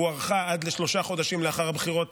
הוארכה עד שלושה חודשים לאחר הבחירות